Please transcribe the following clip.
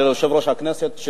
וליושב-ראש הכנסת,